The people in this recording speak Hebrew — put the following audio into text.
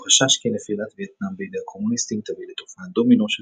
מתוך חשש כי נפילת וייטנאם בידי הקומוניסטים תביא לתופעת דומינו